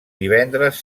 divendres